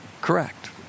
correct